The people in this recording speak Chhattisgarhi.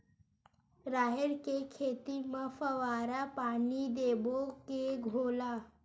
राहेर के खेती म फवारा पानी देबो के घोला?